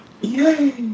Yay